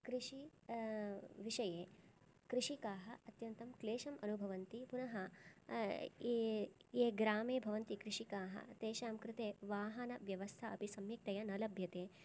कृषि विषये कृषिकाः अत्यन्तं क्लेशम् अनुभवन्ति पुनः ये ये ग्रामे भवन्ति कृषिकाः तेषां कृते वाहनव्यवस्था अपि सम्यक्तया न लभ्यते